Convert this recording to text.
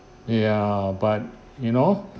ya but you know